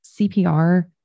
CPR